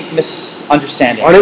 misunderstanding